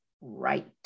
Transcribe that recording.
right